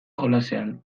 jolasean